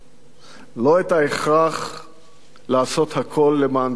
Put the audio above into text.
לא רק את ההכרח לעשות הכול למען ביטחון ישראל,